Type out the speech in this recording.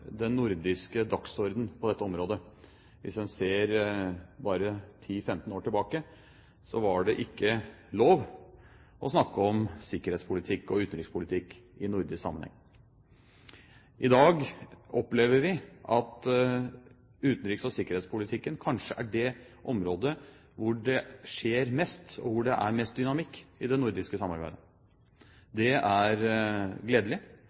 den nordiske dagsordenen på dette området. Hvis en ser bare 10–15 år tilbake, var det ikke lov å snakke om sikkerhetspolitikk og utenrikspolitikk i nordisk sammenheng. I dag opplever vi at utenriks- og sikkerhetspolitikken kanskje er det området hvor det skjer mest, og hvor det er mest dynamikk i det nordiske samarbeidet. Det er gledelig,